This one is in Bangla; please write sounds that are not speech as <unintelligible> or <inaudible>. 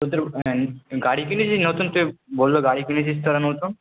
তোদের <unintelligible> গাড়ি কিনেছিস নতুন কে বলল গাড়ি কিনেছিস তোরা নতুন